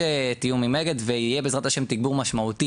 תיאום עם אגד ויהיה בעזרת ה' תגבור משמעותי.